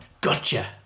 Gotcha